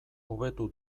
hobetu